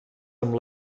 amb